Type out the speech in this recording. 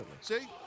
See